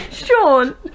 sean